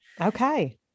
Okay